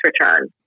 return